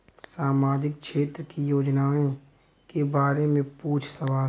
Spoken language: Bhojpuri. सामाजिक क्षेत्र की योजनाए के बारे में पूछ सवाल?